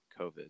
COVID